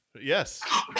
yes